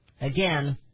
Again